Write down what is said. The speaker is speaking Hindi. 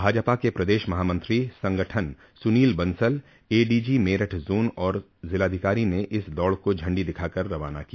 भाजपा के प्रदेश महामंत्री संगठन सनील बंसल एडीजी मेरठ जोन और जिलाधिकारी ने इस दौड़ को झंडी दिखाकर रवाना किया